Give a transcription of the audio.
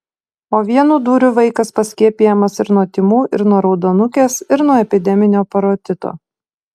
o vienu dūriu vaikas paskiepijamas ir nuo tymų ir nuo raudonukės ir nuo epideminio parotito